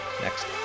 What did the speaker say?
next